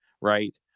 right